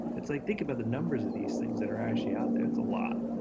it's like, think about the numbers of these things that are actually out there. it's a lot.